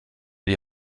die